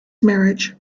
marriage